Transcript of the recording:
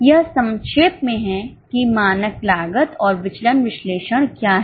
यह संक्षेप में है कि मानक लागत और विचलन विश्लेषण क्या है